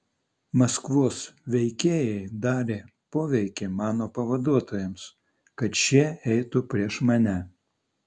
maskvos veikėjai darė poveikį mano pavaduotojams kad šie eitų prieš mane